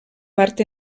part